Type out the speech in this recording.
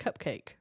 cupcake